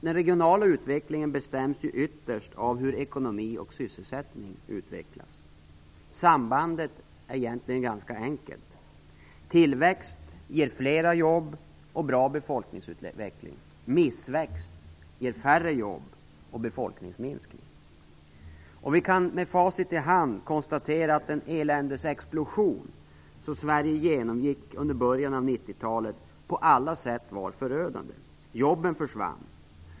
Den regionala utvecklingen bestäms nämligen ytterst av hur ekonomin och sysselsättningen utvecklas. Sambandet är egentligen ganska enkelt. Tillväxt ger fler jobb och bra befolkningsutveckling. Missväxt ger färre jobb och befolkningsminskning. Vi kan med facit i hand konstatera att den eländesexplosion som Sverige genomgick under början av 90-talet på alla sätt var förödande. Jobben försvann.